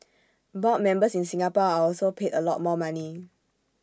board members in Singapore are also paid A lot more money